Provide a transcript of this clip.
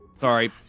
Sorry